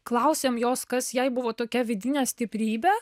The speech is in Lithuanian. klausėm jos kas jai buvo tokia vidine stiprybe